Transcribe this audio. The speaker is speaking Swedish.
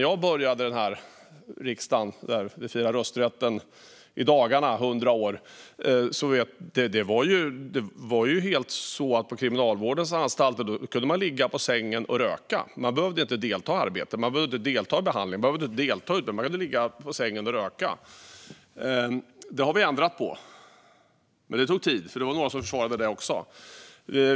Vi firar i dagarna rösträttens hundraårsdag, och när jag började i riksdagen var det så att man på Kriminalvårdens anstalter kunde ligga på sängen och röka. Man behövde inte delta i arbete eller behandling, utan man kunde ligga och röka. Det har vi ändrat på. Men det tog tid, för det var några som försvarade det också.